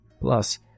Plus